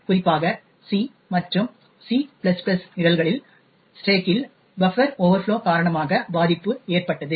குறிப்பாக சி மற்றும் சிC நிரல்களில் ஸ்டாக்க்கில் பஃப்பர் ஓவர்ஃப்ளோ காரணமாக பாதிப்பு ஏற்பட்டது